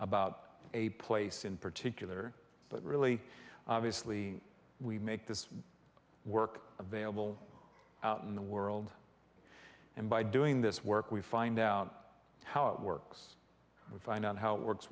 about a place in particular but really obviously we make this work available out in the world and by doing this work we find out how it works we find out how it works